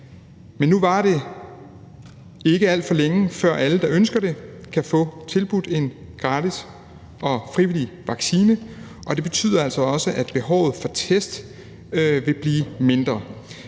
Men nu varer det ikke alt for længe, før alle, der ønsker det, kan få tilbudt en gratis og frivillig vaccine, og det betyder altså også, at behovet for test vil blive mindre.